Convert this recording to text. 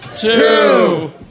Two